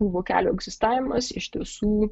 tų vokelių egzistavimas iš tiesų